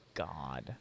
god